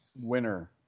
winner